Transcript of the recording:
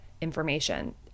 information